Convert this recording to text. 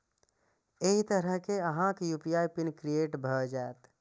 एहि तरहें अहांक यू.पी.आई पिन क्रिएट भए जाएत